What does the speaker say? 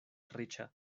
riĉa